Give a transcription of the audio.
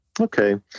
Okay